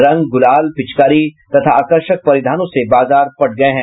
रंग गुलाल पिचकारी तथा आकर्षक परिधानों से बाजार पट गया है